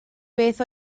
beth